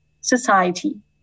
society